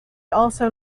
also